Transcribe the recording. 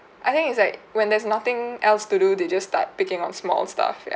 I think it's like when there's nothing else to do they just start picking on small stuff ya